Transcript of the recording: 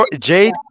Jade